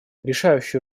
решающую